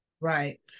Right